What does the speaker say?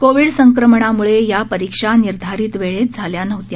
Covid संक्रमणाम्ळे या परीक्षा निर्धारित वेळेत झाल्या नव्हत्या